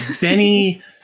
Benny